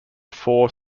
four